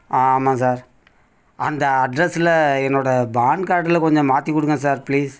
ஆ ஆமாம் சார் அந்த அட்ரெஸ்ஸில் என்னோட பான் கார்டில் கொஞ்சம் மாற்றிக்குடுங்க சார் ப்ளீஸ்